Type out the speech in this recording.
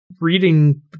reading